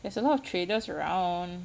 there's a lot of traders around